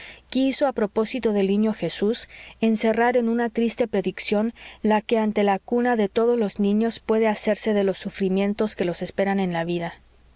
quiso a propósito del niño jesús encerrar en una triste predicción la que ante la cuna de todos los niños puede hacerse de los sufrimientos que los esperan en la vida